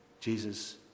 Jesus